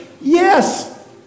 Yes